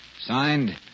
Signed